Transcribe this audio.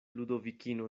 ludovikino